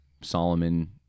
Solomon